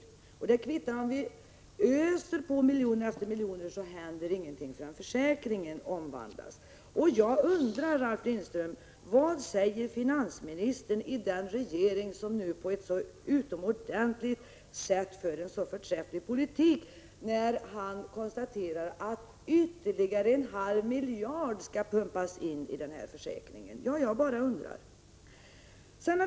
Sedan kan det kvitta om vi öser på miljon efter miljon. Det händer ändå ingenting förrän försäkringen omvandlas. Jag undrar, Ralf Lindström: Vad säger finansministern i den regering som nu på ett utomordentligt bra sätt för en så förträfflig politik när ytterligare en halv miljard skall pumpas in i den här försäkringen? Det undrar jag verkligen.